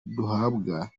duhabwa